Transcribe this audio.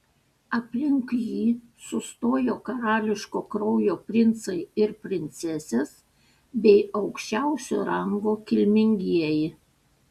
aplink jį sustojo karališko kraujo princai ir princesės bei aukščiausio rango kilmingieji